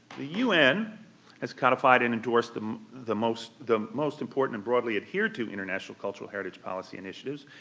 the un has codified and endorsed um the most the most important and broadly adhered to international cultural heritage policy initiatives,